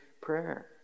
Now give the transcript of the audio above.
prayer